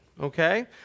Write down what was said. okay